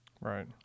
right